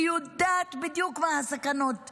והיא יודעת בדיוק מה הסכנות שקיימות,